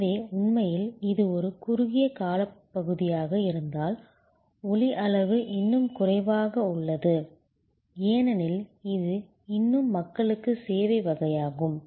எனவே உண்மையில் இது ஒரு குறுகிய காலப்பகுதியாக இருந்தால் ஒலி அளவு இன்னும் குறைவாக உள்ளது ஏனெனில் இது இன்னும் மக்களுக்கு சேவை வகையாகும்